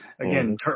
Again